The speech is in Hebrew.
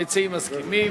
המציעים מסכימים.